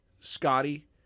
scotty